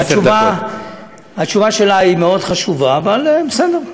התשובה שלה מאוד חשובה, אבל בסדר.